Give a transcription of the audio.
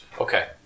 Okay